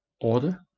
Order